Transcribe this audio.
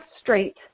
straight